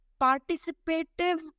participative